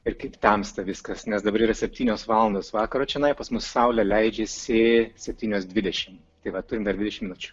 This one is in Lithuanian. ir kaip temsta viskas nes dabar yra septynios valandos vakaro čionai pas mus saulė leidžiasi septynios dvidešimt tai va turim dar dvidešimt minučių